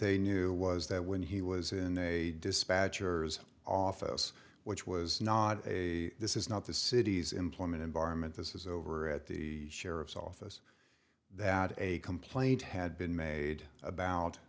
they knew was that when he was in a dispatcher's office which was not a this is not the city's employment environment this is over at the sheriff's office that a complaint had been made about